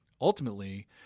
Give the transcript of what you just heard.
ultimately